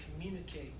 communicate